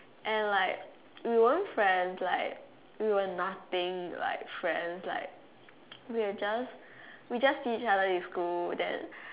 and like we wouldn't friends like we were nothing like friends like we will just we just see each other in school then